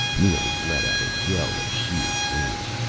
neely let out a yell of sheer glee.